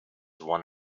one